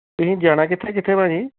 ਤੁਸੀਂ ਜਾਣਾ ਕਿੱਥੇ ਕਿੱਥੇ ਭਾਅ ਜੀ